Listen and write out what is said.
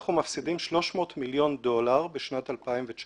אנחנו מפסידים 300 מיליון דולר בשנת 2019